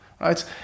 right